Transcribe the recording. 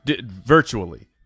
Virtually